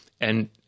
And-